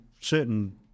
certain